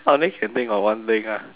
I only can think of one thing ah